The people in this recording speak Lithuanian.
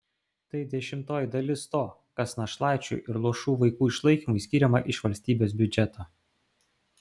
tai dešimtoji dalis to kas našlaičių ir luošų vaikų išlaikymui skiriama iš valstybės biudžeto